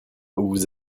vous